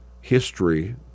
history